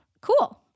Cool